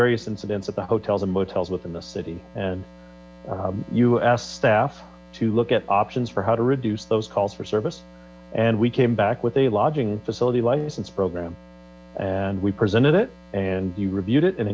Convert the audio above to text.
various incidents at the hotels motels within the city you asked staff to look at options for how to reduce those calls for service and we came back with a lodging facility license program and we presented it and reviewed it an